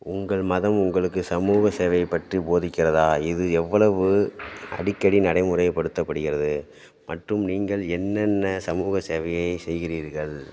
உங்கள் மதம் உங்களுக்கு சமூக சேவையை பற்றி போதிக்கிறதா இது எவ்வளவு அடிக்கடி நடைமுறைப்படுத்தப்படுகிறது மற்றும் நீங்கள் என்னென்ன சமூக சேவையை செய்கிறீர்கள்